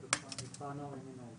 שמי שמואל הופמן מכפר הנוער ימין אורד.